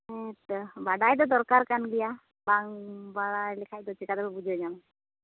ᱦᱮᱸᱛᱚ ᱵᱟᱰᱟᱭ ᱫᱚ ᱫᱚᱨᱠᱟᱨ ᱠᱟᱱ ᱜᱮᱭᱟ ᱵᱟᱝ ᱵᱟᱲᱟᱭ ᱞᱮᱠᱷᱟᱱ ᱫᱚ ᱪᱤᱠᱟᱹᱛᱮᱠᱚ ᱵᱩᱡᱷᱟᱹᱣ ᱧᱟᱢᱟ